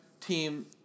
team